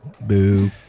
Boo